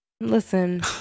Listen